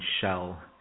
shell